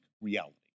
reality